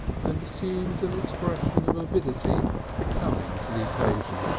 and assumed an expression of avidity becoming to the occasion.